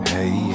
Hey